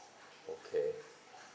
okay